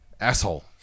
asshole